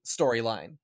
storyline